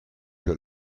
que